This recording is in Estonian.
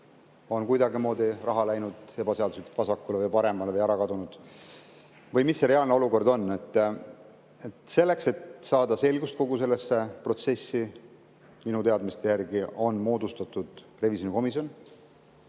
on kuidagimoodi raha läinud ebaseaduslikult vasakule või paremale või ära kadunud? Milline see reaalne olukord on? Selleks, et saada selgust kogu selles protsessis, on minu teadmiste järgi moodustatud revisjonikomisjon,